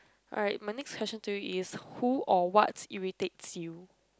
alright my next question to you is who or what irritates you